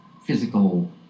physical